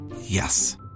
Yes